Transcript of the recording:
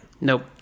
nope